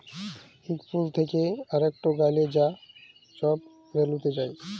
ইক ফুল থ্যাকে আরেকটয় গ্যালে যা ছব রেলুতে যায়